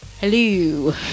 Hello